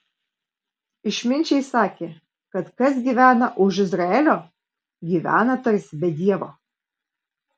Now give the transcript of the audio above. išminčiai sakė kad kas gyvena už izraelio gyvena tarsi be dievo